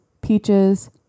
peaches